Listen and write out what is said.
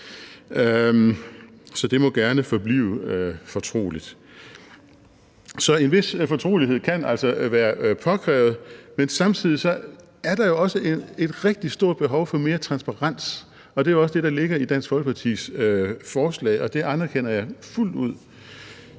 så det må gerne forblive fortroligt. Så en vis fortrolighed kan altså være påkrævet, men samtidig er der jo også et rigtig stort behov for mere transparens. Og det er jo også det, der ligger i Dansk Folkepartis forslag, og det anerkender jeg fuldt ud.